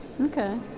Okay